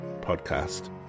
podcast